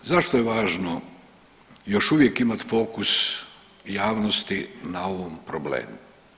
Zašto je važno još uvijek imati fokus javnosti na ovom problemu?